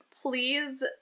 please